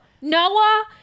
Noah